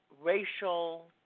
racial